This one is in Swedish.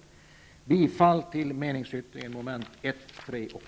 Jag yrkar bifall till meningsyttringen, mom. 1, 3 och